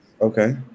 Okay